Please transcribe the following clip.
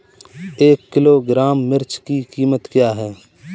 एक किलोग्राम मिर्च की कीमत क्या है?